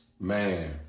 man